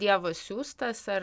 dievo siųstas ar